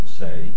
say